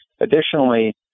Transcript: Additionally